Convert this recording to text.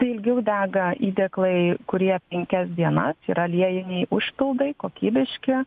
tai ilgiau dega įdėklai kurie penkias dienas yra aliejiniai užpildai kokybiški